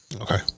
Okay